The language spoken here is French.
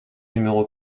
numéro